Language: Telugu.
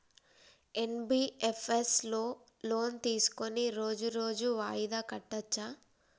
ఎన్.బి.ఎఫ్.ఎస్ లో లోన్ తీస్కొని రోజు రోజు వాయిదా కట్టచ్ఛా?